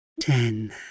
ten